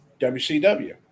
WCW